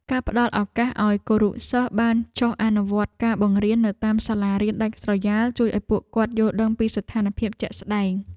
ការផ្តល់ឱកាសឱ្យគរុសិស្សបានចុះអនុវត្តការបង្រៀននៅតាមសាលារៀនដាច់ស្រយាលជួយឱ្យពួកគាត់យល់ដឹងពីស្ថានភាពជាក់ស្តែង។